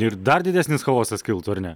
ir dar didesnis chaosas kiltų ar ne